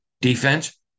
defense